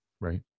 right